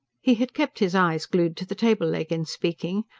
he had kept his eyes glued to the table-leg in speaking,